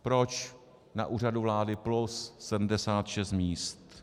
Proč na Úřadu vlády plus 76 míst?